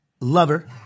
lover